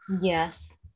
Yes